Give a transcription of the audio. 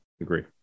Agree